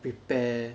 prepare